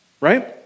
right